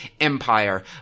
empire